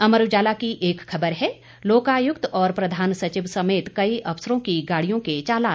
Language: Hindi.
अमर उजाला की एक खबर है लोकायुक्त और प्रधान सचिव समेत कई अफसरों की गाड़ियों के चलान